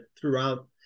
throughout